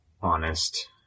honest